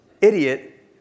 Idiot